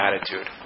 attitude